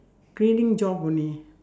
cleaning job only